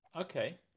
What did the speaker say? Okay